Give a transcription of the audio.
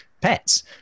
pets